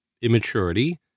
immaturity